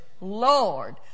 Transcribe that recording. Lord